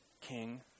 king